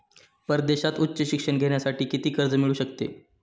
परदेशात उच्च शिक्षण घेण्यासाठी किती कर्ज मिळू शकते?